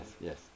Yes